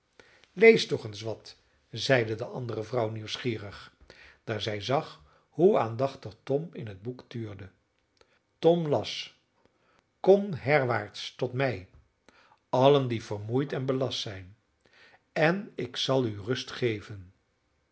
lees toch eens wat zeide de andere vrouw nieuwsgierig daar zij zag hoe aandachtig tom in het boek tuurde tom las komt herwaarts tot mij allen die vermoeid en belast zijt en ik zal u rust geven